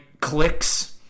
clicks